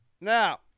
now